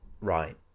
Right